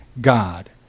God